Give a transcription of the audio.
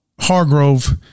Hargrove